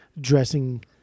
dressing